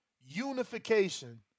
unification